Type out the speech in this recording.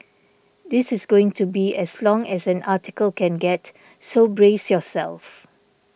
this is going to be as long as an article can get so brace yourself